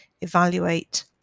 evaluate